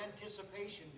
anticipation